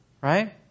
Right